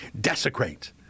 Desecrate